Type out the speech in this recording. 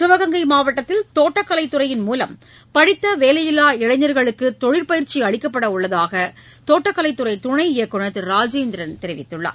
சிவகங்கை மாவட்டத்தில் தோட்டக்கலைத்துறையின் மூலம் படித்த வேலையில்லா இளைஞர்களுக்கு தொழிற்பயிற்சி அளிக்கப்பட உள்ளதாக தோட்டக்கலைத்துறை துணை இயக்குனர் திரு ராஜேந்திரன் தெரிவித்துள்ளார்